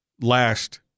last